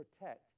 protect